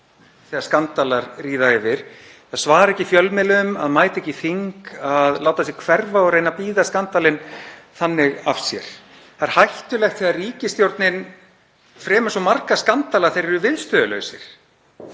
þegar skandalar ríða yfir, að svara ekki fjölmiðlum, að mæta ekki í þing, að láta sig hverfa og reyna að bíða skandalinn þannig af sér. Það er hættulegt þegar ríkisstjórnin fremur svo marga skandala að þeir eru viðstöðulausir.